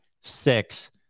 six